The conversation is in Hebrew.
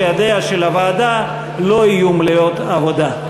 שידיה של הוועדה לא יהיו מלאות עבודה.